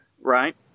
Right